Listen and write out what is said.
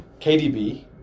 KDB